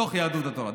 בתוך יהדות התורה.